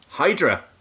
Hydra